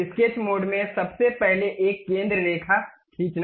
sketch mode में सबसे पहले एक केंद्र रेखा खींचना